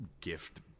gift